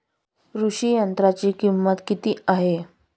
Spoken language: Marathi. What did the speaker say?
कृषी यंत्राची किंमत किती आहे?